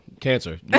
cancer